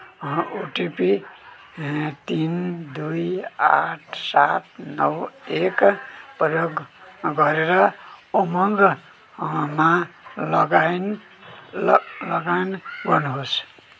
OTP तिन दुई आठ सात नौ एक प्रयोग गरेर उमङ्ग मा लगइन लग लगइन गर्नु होस्